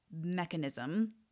mechanism